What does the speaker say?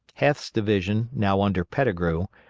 heth's division, now under pettigrew,